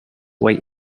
way